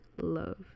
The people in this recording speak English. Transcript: love